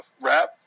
rap